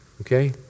Okay